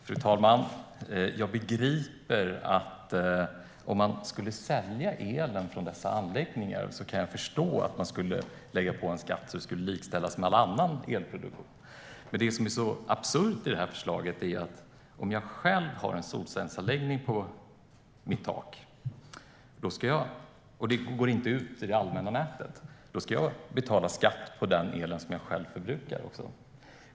Fru talman! Om man skulle sälja el från dessa anläggningar kan jag förstå att man skulle lägga på en skatt, så att det skulle likställas med all annan elproduktion. Men det absurda i förslaget är att om jag själv har en solcellsanläggning på mitt tak och elen inte går ut i allmänna nätet ska jag ändå betala skatt på den el som jag själv förbrukar.